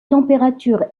températures